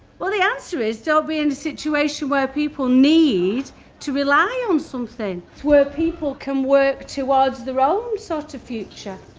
well the answer is, don't be in the situation where people need to rely on something. it's where people can work towards their own sort of future.